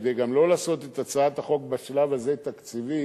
גם כדי לא לעשות את הצעת החוק בשלב הזה תקציבית,